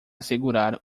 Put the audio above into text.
segurar